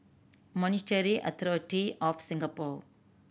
Monetary Authority Of Singapore